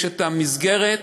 יש המסגרת,